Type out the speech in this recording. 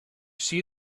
see